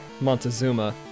Montezuma